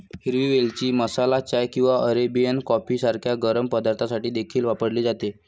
हिरवी वेलची मसाला चाय किंवा अरेबिक कॉफी सारख्या गरम पदार्थांसाठी देखील वापरली जाते